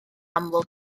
amlwg